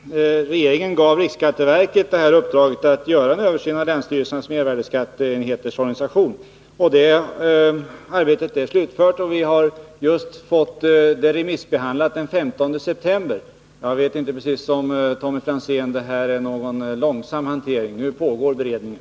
Herr talman! Låt mig bara säga att regeringen gav riksskatteverket uppdraget att göra en översyn av länsstyrelsernas medvärdeskatteenheters organisation. Det arbetet är slutfört, och vi har just fått förslagen remissbehandlade — det arbetet var färdigt den 15 september. Jag vet inte om det är någon långsam hantering precis, Tommy Franzén. Nu pågår beredningen.